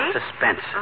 suspense